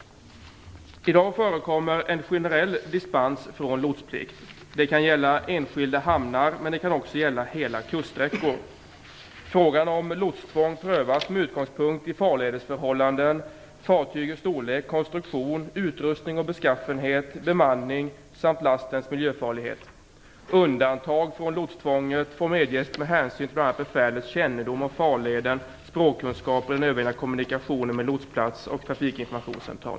I dag förekommer en generell dispens från lotsplikt. Det kan gälla enskilda hamnar men också hela kuststräckor. Frågan om lotstvång prövas med utgångspunkt i farledsförhållanden, fartygets storlek, konstruktion, utrustning och beskaffenhet, bemanning samt lastens miljöfarlighet. Undantag från lotstvånget får medges med hänsyn bl.a. till befälets kännedom om farleden och språkkunskaper i den nödvändiga kommunikationen med lotsplats och trafikinformationscentral.